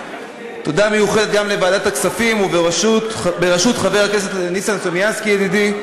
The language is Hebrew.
תודה מיוחדת גם לוועדת הכספים בראשות חבר הכנסת ניסן סלומינסקי ידידי,